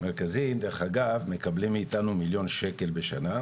המרכזים, דרך אגב, מקבלים מאתנו מיליון שקל בשנה.